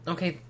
Okay